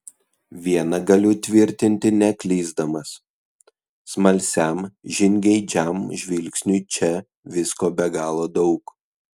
viena galiu tvirtinti neklysdamas smalsiam žingeidžiam žvilgsniui čia visko be galo daug